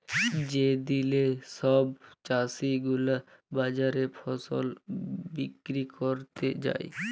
যে দিলে সব চাষী গুলা বাজারে ফসল বিক্রি ক্যরতে যায়